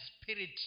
spirit